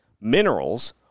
minerals